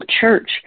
church